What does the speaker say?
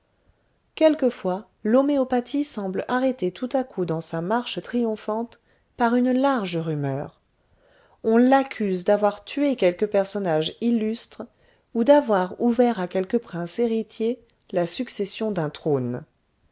quelquefois l'homéopathie semble arrêtée tout à coup dans sa marche triomphante par une large rumeur on l'accuse d'avoir tué quelque personnage illustre ou d'avoir ouvert à quelque prince héritier la succession d'un trône